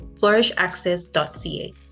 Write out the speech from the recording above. flourishaccess.ca